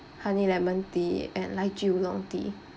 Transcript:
honey lemon tea and lychee oolong tea